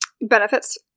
benefits